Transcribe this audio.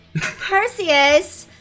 Perseus